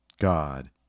God